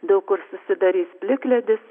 daug kur susidarys plikledis